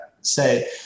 say